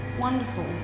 Wonderful